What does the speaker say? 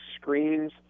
screens